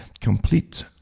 complete